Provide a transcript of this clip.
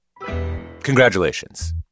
Congratulations